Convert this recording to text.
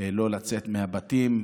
לא לצאת מהבתים,